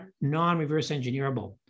non-reverse-engineerable